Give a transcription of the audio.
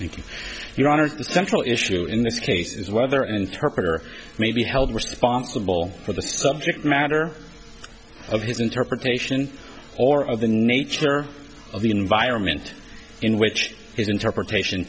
thank you your honor is central issue in this case is whether an interpreter may be held responsible for the subject matter of his interpretation or of the nature of the environment in which his interpretation